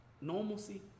normalcy